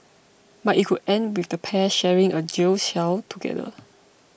but it could end with the pair sharing a jail cell together